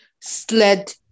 sled